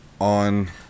On